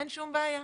אין שום בעיה,